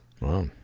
Wow